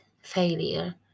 failure